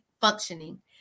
functioning